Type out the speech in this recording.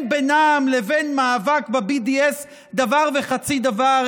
בינן לבין מאבק ב-BDS דבר וחצי דבר,